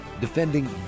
Defending